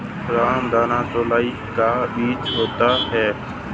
रामदाना चौलाई का बीज होता है